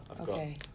Okay